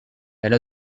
elle